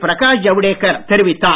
பிரகாஷ் ஜவ்டேக்கர் தெரிவித்தார்